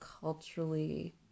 culturally